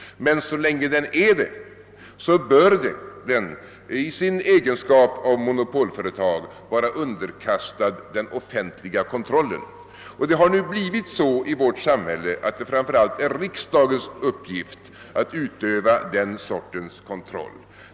Men så länge den är det bör den i sin egenskap av monopolföretag vara underkastad den offentliga kontrollen. Det har blivit så i vårt samhälle, att det framför allt är riksdagens uppgift att utöva den sortens kontroll.